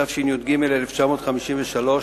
התשי"ג 1953,